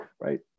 right